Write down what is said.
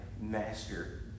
master